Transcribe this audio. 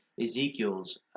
Ezekiel's